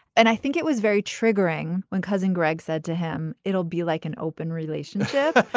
and i think it was very triggering when cousin greg said to him it'll be like an open relationship.